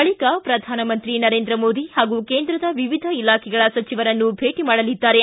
ಬಳಕ ಪ್ರಧಾನಿ ನರೇಂದ್ರ ಮೋದಿ ಹಾಗೂ ಕೇಂದ್ರದ ವಿವಿಧ ಇಲಾಖೆಗಳ ಸಚಿವರನ್ನು ಭೇಟ ಮಾಡಲಿದ್ದಾರೆ